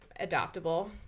adoptable